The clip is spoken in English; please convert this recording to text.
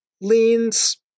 leans